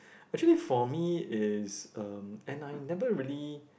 actually for me is um and I never really